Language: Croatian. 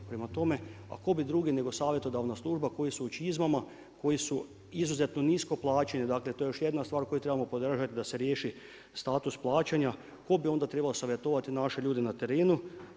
Prema tome, a tko bi drugi nego savjetodavna služba koji su u čizmama, koji su izuzetno nisko plaćeni dakle to je još jedna stvar koju trebamo podržati da se riješi status plaćanja, tko bi onda trebao savjetovati naše ljude na trenu.